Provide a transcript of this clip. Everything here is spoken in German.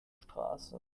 straße